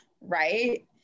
right